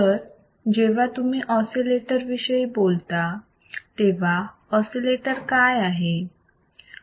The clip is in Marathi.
तर जेव्हा तुम्ही ऑसिलेटर विषयी बोलता तेव्हा ऑसिलेटर काय आहे